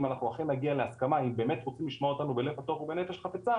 אנחנו אכן נגיע להסכמה אם רוצים לשמוע אותנו בלב פתוח ובנפש חפצה